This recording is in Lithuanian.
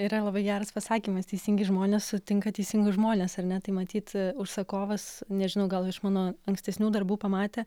yra labai geras pasakymas teisingi žmonės sutinka teisingus žmones ar ne tai matyt užsakovas nežinau gal iš mano ankstesnių darbų pamatė